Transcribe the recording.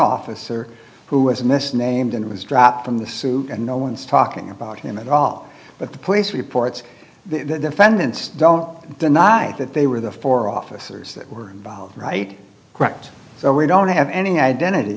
officer who was misnamed and was dropped from the suv and no one's talking about him at all but the police reports them fence don't deny that they were the four officers that were involved right correct so we don't have any identity